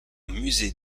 musée